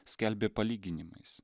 skelbė palyginimais